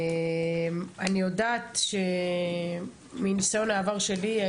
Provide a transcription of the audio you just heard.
אני יודעת מניסיון העבר שלי,